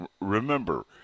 remember